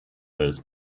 those